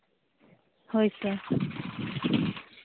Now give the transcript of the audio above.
ᱦᱳᱭ ᱛᱚ